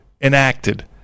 enacted